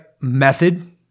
method